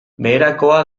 beherakoa